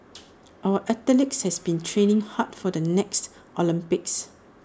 our athletes have been training hard for the next Olympics